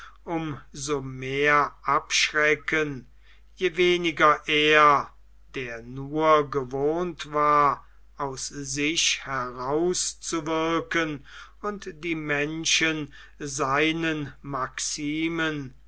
um so mehr abschrecken je weniger er der nur gewohnt war aus sich herauszuwirken und die menschen seinen maximen